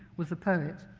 was a poet.